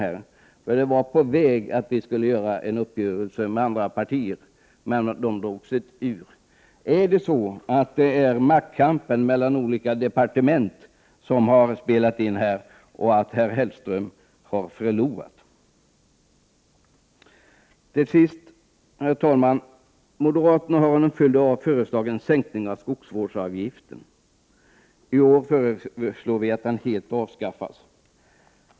En uppgörelse 12 april 1989 med andra partier var nämligen på väg, men de drog sig ur. Är det så att maktkampen mellan olika departement har spelat in här och att herr Hellström har förlorat? Till sist, herr talman, vill jag säga att moderaterna har föreslagit en sänkning av skogsvårdsavgiften. I år föreslår vi att den helt avskaffas.